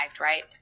right